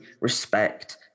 respect